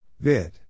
Vid